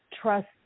trust